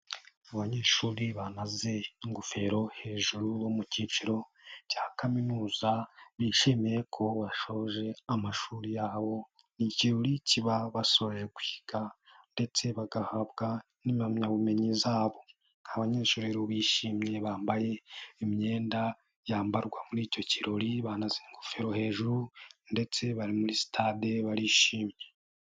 Abanyeshuri banaze ingofero hejuru bo mu kiciro cya kaminuza, bishimiye ko bashoje amashuri yabo. Ni ikirori kiba basoje kwiga ndetse bagahabwa n'impamyabumenyi zabo. Abanyeshuri bishimye, bambaye imyenda yambarwa muri icyo kirori, banaze ingofero hejuru ndetse bari muri sitade barishimye.